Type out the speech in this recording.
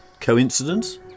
Coincidence